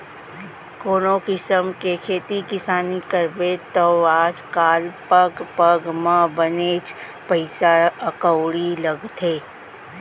कोनों किसिम के खेती किसानी करबे तौ आज काल पग पग म बनेच पइसा कउड़ी लागथे